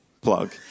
Plug